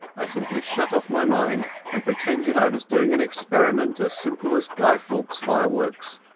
i simply shut off my mind and pretended i was doing an experiment as simple as guy fawkes fireworks.